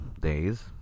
days